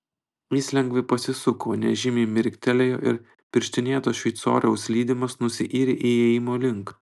jis lengvai pasisuko nežymiai mirktelėjo ir pirštinėto šveicoriaus lydimas nusiyrė įėjimo link